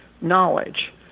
knowledge